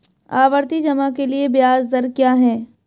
आवर्ती जमा के लिए ब्याज दर क्या है?